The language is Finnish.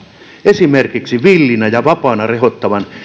esimerkiksi villinä ja vapaana rehottavan